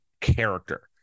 character